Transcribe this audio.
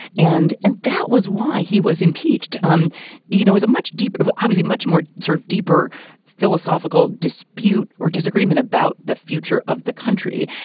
and and that was why he was impeached. um you know, is a much deeper obviously much more sort of deeper philosophical dispute or disagreement about the future of the country.